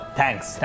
thanks